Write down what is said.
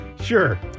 Sure